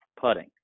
putting